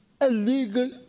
illegal